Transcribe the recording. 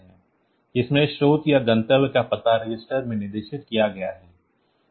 जिसमें स्रोत या गंतव्य का पता रजिस्टर में निर्दिष्ट किया गया है